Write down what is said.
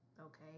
Okay